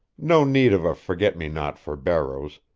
no need of a forget-me-not for barrows,